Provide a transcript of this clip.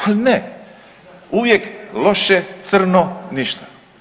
Ali ne, uvijek loše, crno, ništa.